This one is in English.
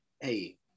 hey